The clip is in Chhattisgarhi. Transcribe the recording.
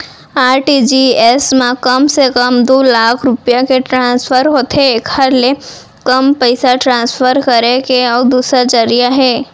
आर.टी.जी.एस म कम से कम दू लाख रूपिया के ट्रांसफर होथे एकर ले कम पइसा ट्रांसफर करे के अउ दूसर जरिया हे